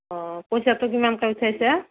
অ' পইচাটো কিমানকৈ উঠাইছা